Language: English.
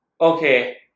Okay